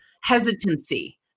hesitancy